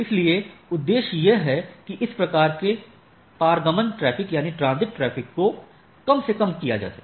इसलिए उद्देश्य यह है कि इस प्रकार के पारगमन ट्रैफिक को कम से कम किया जा सके